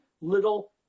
little